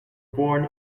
born